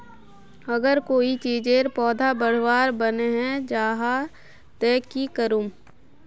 अगर कोई चीजेर पौधा बढ़वार बन है जहा ते की करूम?